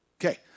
Okay